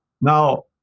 now